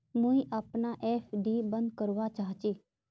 मुई अपना एफ.डी बंद करवा चहची